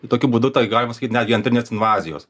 tai tokiu būdu tai galima sakyt netgi antrinės invazijos